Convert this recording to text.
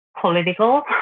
political